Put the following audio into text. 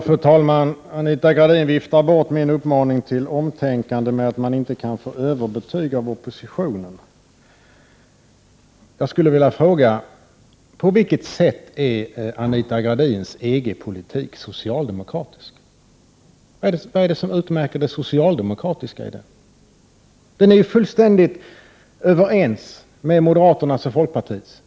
Fru talman! Anita Gradin viftar bort min uppmaning till omtänkande med att man inte kan få överbetyg av oppositionen. Jag skulle vilja fråga: På vilket sätt är Anita Gradins EG-politik socialdemokratisk? Vad är det socialdemokratiska i den? Den är ju fullständigt i överensstämmelse med moderaternas och folkpartiets.